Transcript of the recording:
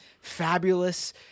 fabulous